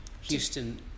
Houston